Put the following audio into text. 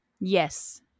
Yes